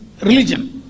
religion